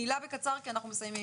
מילה וקצר, כי אנחנו מסיימים.